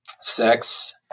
sex